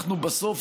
אנחנו בסוף,